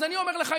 אז אני אומר לך,